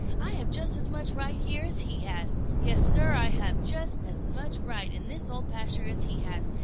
i have just as much right here as he has. yes, sir, i have just as much right in this old pasture as he has,